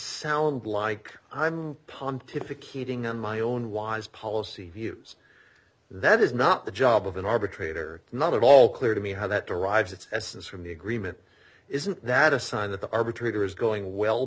sound like i'm pontificating on my own wise policy views that is not the job of an arbitrator not at all clear to me how that derives its essence from the agreement isn't that a sign that the arbitrator is going well